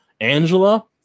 Angela